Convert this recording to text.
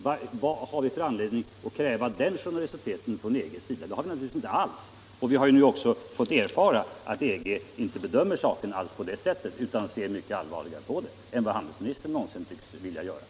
Vad har vi för anledning att kräva den generositeten från EG:s sida? Vi har naturligtvis inte alls anledning till det, och vi har nu också fått erfara att EG inte bedömer saken på det sättet utan ser mycket allvarligare på den än handelsministern tycks vilja acceptera.